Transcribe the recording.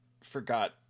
forgot